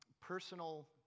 personal